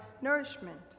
nourishment